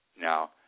now